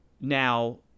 now